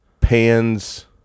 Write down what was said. Pans